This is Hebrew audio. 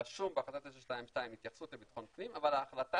רשום בהחלטה 922 התייחסות לבטחון פנים, אבל ההחלטה